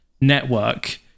network